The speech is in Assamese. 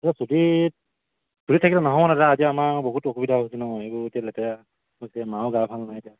ছুটীত ছুটীত থাকিলে নহ'ব নহয় দাদা আজি আমাৰ বহুত অসুবিধা হৈছে নহ্ এইবোৰ এতিয়া লেতেৰা হৈছে মাৰো গা ভাল নাই এতিয়া